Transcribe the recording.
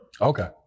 Okay